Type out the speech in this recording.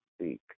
speak